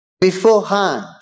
beforehand